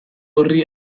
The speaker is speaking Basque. horri